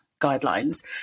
guidelines